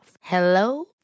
Hello